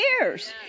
years